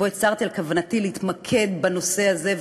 שבו הצהרתי על כוונתי להתמקד בנושא הזה,